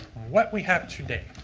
what we have today.